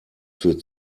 für